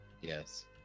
Yes